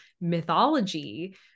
mythology